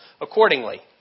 accordingly